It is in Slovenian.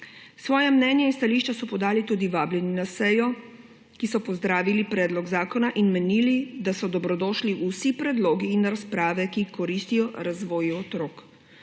Svoja mnenja in stališča so podali tudi vabljeni na sejo, ki so pozdravili predlog zakona in menili, da so dobrodošli vsi predlogi in razprave, ki jih koristijo pri razvoju otrok.